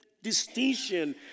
Distinction